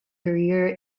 career